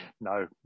no